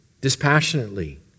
dispassionately